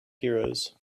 heroes